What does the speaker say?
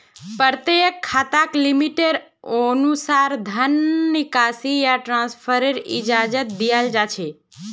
प्रत्येक खाताक लिमिटेर अनुसा र धन निकासी या ट्रान्स्फरेर इजाजत दीयाल जा छेक